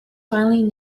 finally